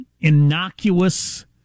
innocuous